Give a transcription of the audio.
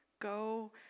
Go